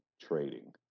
trading